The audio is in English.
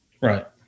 Right